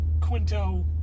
Quinto